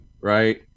right